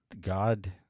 God